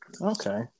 Okay